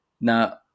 Now